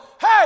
Hey